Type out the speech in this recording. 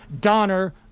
Donner